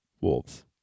wolves